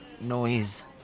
noise